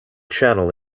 channel